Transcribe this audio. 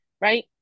Right